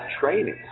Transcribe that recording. training